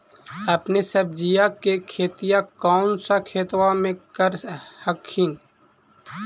अपने सब्जिया के खेतिया कौन सा खेतबा मे कर हखिन?